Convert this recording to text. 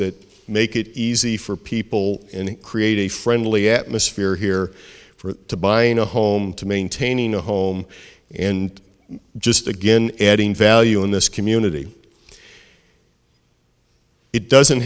that make it easy for people and create a friendly atmosphere here for buying a home to maintaining a home and just again adding value in this community it doesn't